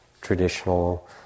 traditional